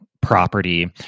property